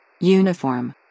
uniform